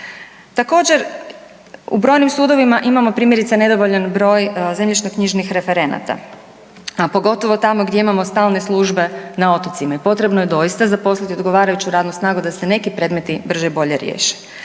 Također, u brojnim sudovima imamo primjerice nedovoljan broj zemljišno-knjižnih referenata, a pogotovo tamo gdje imamo stalne službe na otocima i potrebno je doista zaposliti odgovarajuću radnu snagu da se neki predmeti brže i bolje riješe.